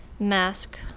mask